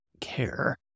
care